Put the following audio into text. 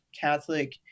Catholic